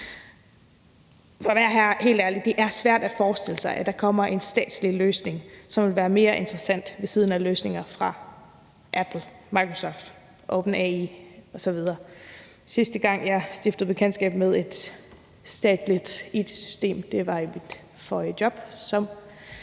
For at være helt ærlig er det svært at forestille sig, at der kommer en statslig løsning, som vil være mere interessant end løsninger fra Apple, Microsoft, OpenAI osv. Sidste gang jeg stiftede bekendtskab med et statsligt it-system, var i mit forrige job som